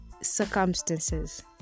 circumstances